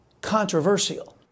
controversial